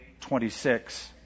26